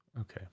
Okay